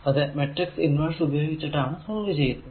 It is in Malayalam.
അത് മാട്രിക്സ് ഇൻവെർസ് ഉപയോഗിച്ചാണ് സോൾവ് ചെയ്തത്